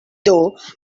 though